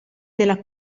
della